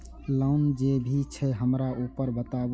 Loan जे भी छे हमरा ऊपर बताबू?